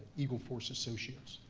eagleforce associates.